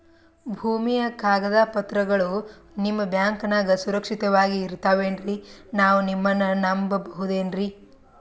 ಭೂಮಿಯ ಕಾಗದ ಪತ್ರಗಳು ನಿಮ್ಮ ಬ್ಯಾಂಕನಾಗ ಸುರಕ್ಷಿತವಾಗಿ ಇರತಾವೇನ್ರಿ ನಾವು ನಿಮ್ಮನ್ನ ನಮ್ ಬಬಹುದೇನ್ರಿ?